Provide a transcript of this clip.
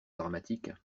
dramatique